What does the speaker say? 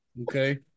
okay